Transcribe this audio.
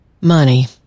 Money